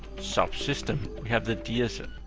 subsystem. we have the dsa,